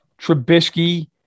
trubisky